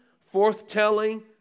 forth-telling